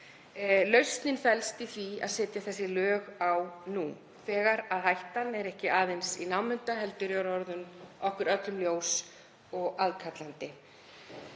Lausnin felst í því að setja lög á nú þegar hættan er ekki aðeins í námunda við okkur heldur orðin okkur öllum ljós og aðkallandi.